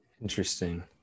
Interesting